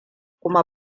kuma